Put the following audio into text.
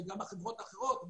גם החברות האחרות,